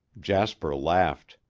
jasper laughed.